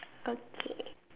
okay